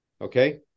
okay